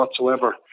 whatsoever